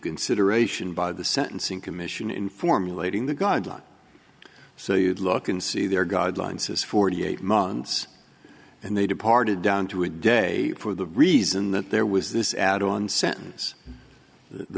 consideration by the sentencing commission in formulating the guideline so you'd look and see their guidelines says forty eight months and they departed down to a day for the reason that there was this add on sentence the